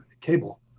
cable